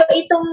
ito